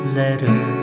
letter